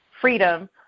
freedom